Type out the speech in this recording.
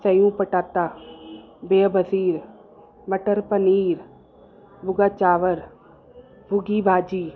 सयूं पटाटा बिह भसीड़ मटर पनीर भुॻा चांवर भुॻी भाॼी